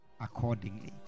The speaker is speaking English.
accordingly